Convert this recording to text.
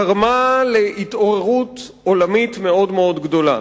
גרמה להתעוררות עולמית מאוד גדולה.